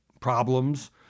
problems